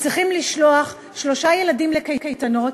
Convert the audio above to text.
שצריכים לשלוח שלושה ילדים לקייטנות,